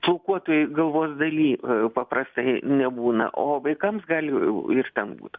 plaukuotoj galvos daly paprastai nebūna o vaikams gali ir ten būt